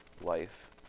life